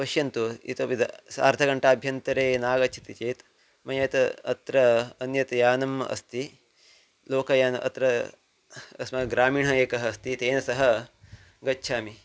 पश्यन्तु इतोपि द सार्धघण्टाभ्यन्तरे नागच्छति चेत् मया यत् अत्र अन्यत् यानम् अस्ति लोकयानम् अत्र अस्माकं ग्रामीणः एकः अस्ति तेन सह गच्छामि